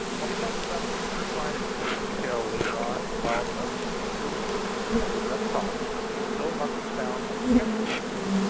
i'll be talking about this first line in more detail later on, but while most odc's or other direct costs still must found on the schedule price lists,